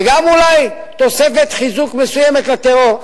וגם אולי תוספת חיזוק מסוימת לטרור.